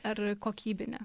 ar kokybinė